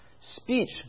speech